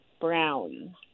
brown